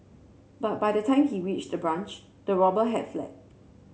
but by the time he reached the branch the robber had fled